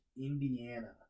Indiana